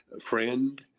friend